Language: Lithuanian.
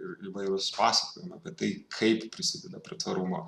ir įvairūs pasakojimai apie tai kaip prisideda prie tvarumo